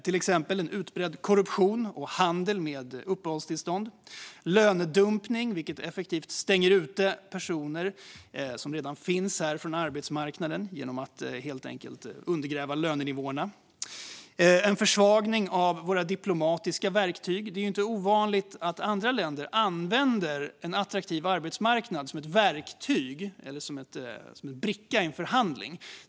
Till exempel ser vi en utbredd korruption runt och handel med uppehållstillstånd. Vi ser lönedumpning, vilket effektivt stänger ute personer som redan finns här från arbetsmarknaden genom att helt enkelt undergräva lönenivåerna. Vi ser också en försvagning av våra diplomatiska verktyg. Det är ju inte ovanligt att andra länder använder en attraktiv arbetsmarknad som ett verktyg eller en bricka i en förhandling.